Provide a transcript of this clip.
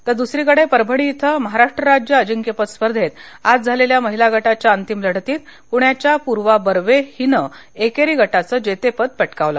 तर दुसरीकडे परभणी इथं महाराष्ट्र राज्य अजिंक्यपद स्पर्धेत आज झालेल्या महिला गटाच्या अंतिम लढतीत पुण्याच्या पुर्वा बर्वे हिनं एकेरी गटाचं जेतेपद पटकावलं